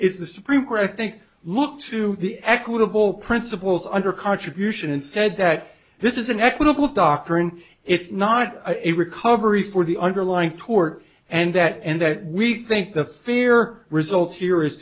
is the supreme court i think look to the equitable principles under contribution and said that this is an equitable doctrine it's not a recovery for the underlying tort and that and that we think the fear result her